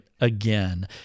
again